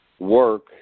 Work